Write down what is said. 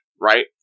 Right